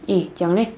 eh 讲 leh